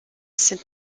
sind